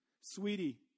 sweetie